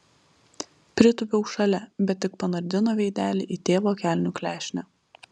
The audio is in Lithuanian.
pritūpiau šalia bet tik panardino veidelį į tėvo kelnių klešnę